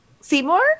Seymour